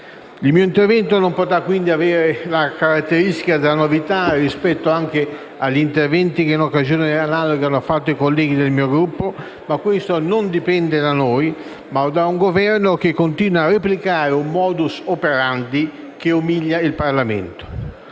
Il mio intervento non potrà quindi avere la caratteristica della novità rispetto agli interventi che in occasioni analoghe sono stati svolti da colleghi del mio Gruppo, ma questo non dipende da noi, bensì da un Governo che continua a replicare un *modus operandi* che umilia il Parlamento.